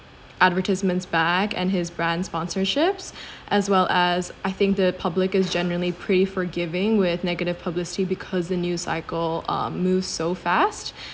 advertisements bag and his brand sponsorships as well as I think the public is generally pretty forgiving with negative publicity because the news cycle um moves so fast